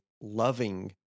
loving